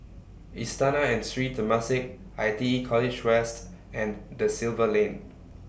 Istana and Sri Temasek I T E College West and DA Silva Lane